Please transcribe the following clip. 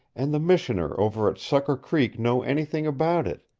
and the missioner over at sucker creek know anything about it.